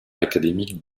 académique